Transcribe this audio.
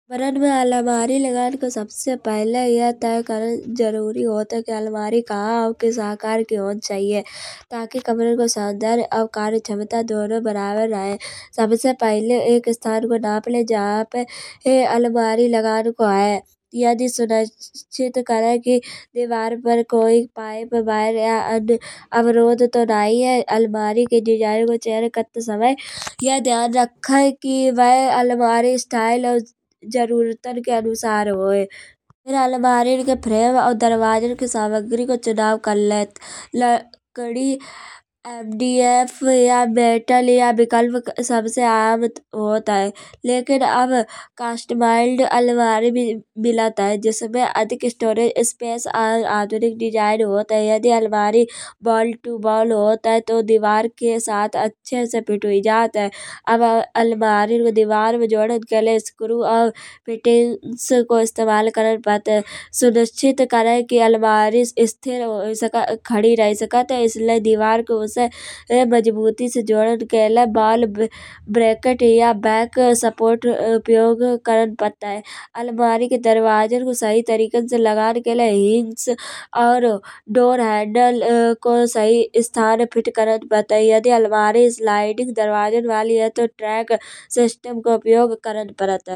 कमरा में अलमारी लगन के सबसे पहिले यह तह करना जरूरी होत है। के अलमारी काहा और किस आकार की होनी चाहिए ताकि कमरा को आकार क्षमता दोनों बराबर रहे। सबसे पहिले एक स्थान को नाप ले। जहां पे अलमारी लगन को है यदि सुनिश्चित करे कि दीवार पे कोई पाइप वायर या अन्य अबरोध तो नहीं है। अलमारी की डिज़ाइन यह ध्यान रखे कि वह अलमारी स्टाइल और जरूरतन के अनुसार होए। फिर अलमारी के फ्रेम और दरवाजन की सामग्री को चुनाव करले। Fdf या बैताल या विकल्प सबसे आम होत। लेकिन अब कस्टमाइज्ड अलमारी मिलत है। जिसमे अधिक स्टोरेज होत है। यदि अलमारी वॉल टू वॉल होत है तो दीवार के साथ अच्छे से फिट हुई जात है। अब अलमारी को दीवार में जोड़न के लाने स्क्रू और इस्तेमाल करन पड़त है। सुनिश्चित करे कि अलमारी स्थीर हुई सके खड़ी रही सकत है। इसलिए दीवार को उसे ये मजबूती से जोड़न के ब्रैकेट या बैक सपोर्ट उपयोग करन पड़त है। अलमारी के दरवाजन को सही तरीकन से लगन के लाने हिंज और डोर हैंडल सही स्थान फिट करन पड़त है। यदि अलमारी स्लाइडिंग दरवाजन वाली है तो ट्रैक सिस्टम को उपयोग करन पड़त है।